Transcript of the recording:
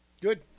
Good